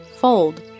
Fold